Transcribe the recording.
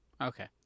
Okay